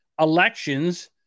elections